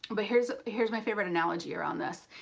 but here's here's my favorite analogy around this.